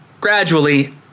gradually